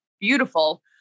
beautiful